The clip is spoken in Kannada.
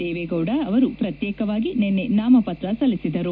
ದೇವೇಗೌಡ ಅವರು ಪ್ರತ್ಯೇಕವಾಗಿ ನಿನ್ನೆ ನಾಮಪತ್ರ ಸಲ್ಲಿಸಿದರು